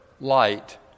light